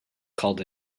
called